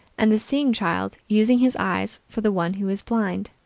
and the seeing child using his eyes for the one who is blind.